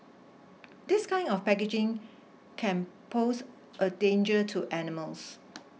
this kind of packaging can pose a danger to animals